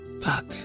fuck